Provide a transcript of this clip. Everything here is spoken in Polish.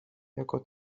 jako